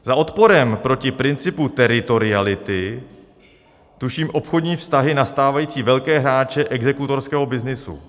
Za odporem proti principu teritoriality tuším obchodní vztahy na stávající velké hráče exekutorského byznysu.